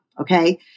Okay